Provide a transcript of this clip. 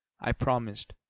i promised,